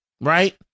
right